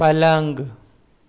पलंग